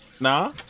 Nah